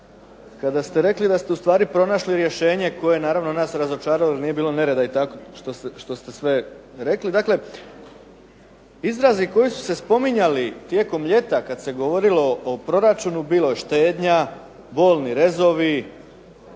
kada ste rekli da ste ustvari pronašli rješenje koje naravno nas razočaralo, jer nije bilo nereda i tako što ste sve rekli. Dakle izrazi koji su se spominjali tijekom ljeta, kad se govorilo o proračunu bilo je štednja, bolni rezovi,